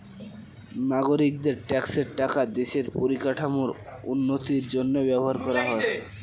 নাগরিকদের ট্যাক্সের টাকা দেশের পরিকাঠামোর উন্নতির জন্য ব্যবহার করা হয়